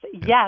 yes